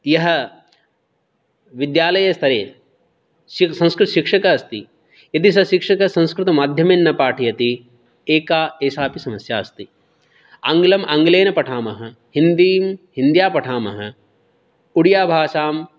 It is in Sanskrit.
यः विद्यालयस्तरे संस्कृत शिक्षकः अस्ति यदि सः शिक्षकः संस्कृतमाध्यमेन न पाठयति एका एषापि समस्या अस्ति आङ्ग्लम् आङ्लेन पठामः हिन्दीं हिन्द्या पठामः उडियाभाषां